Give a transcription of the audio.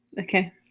okay